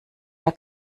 der